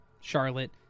Charlotte